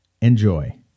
Enjoy